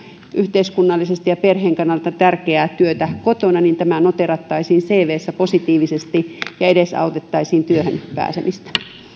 yhteiskunnallisesti ja perheen kannalta tärkeää työtä kotona niin tämä noteerattaisiin cvssä positiivisesti ja edesautettaisiin työhön pääsemistä